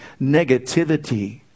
negativity